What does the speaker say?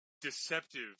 deceptive